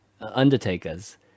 undertakers